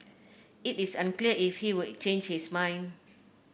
it is unclear if he would change his mind